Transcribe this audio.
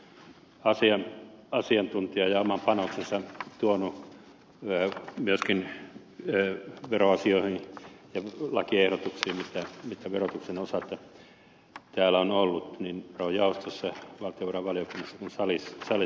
kallis on näissä veroasioissa asiantuntija ja oman panoksensa tuonut myöskin veroasioihin ja lakiehdotuksiin jotka verotuksen osalta täällä ovat olleet niin verojaostossa valtiovarainvaliokunnassa kuin salissakin